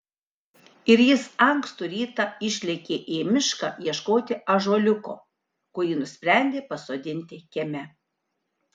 ir jis ankstų rytą išlėkė į mišką ieškoti ąžuoliuko kurį nusprendė pasodinti kieme